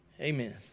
Amen